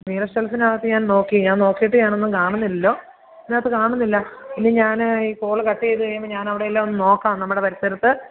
നീല ഷെൽഫിനകത്ത് ഞാൻ നോക്കി ഞാൻ നോക്കിയിട്ട് ഞാനൊന്നും കാണുന്നില്ലല്ലോ ഇതിനകത്ത് കാണുന്നില്ല ഇനി ഞാൻ ഈ കോള് കട്ട് ചെയ്ത് കഴിയുമ്പോൾ ഞാൻ അവിടെയെല്ലാം ഒന്ന് നോക്കാം നമ്മുടെ പരിസരത്ത്